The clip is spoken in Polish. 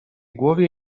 głowie